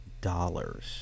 dollars